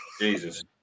Jesus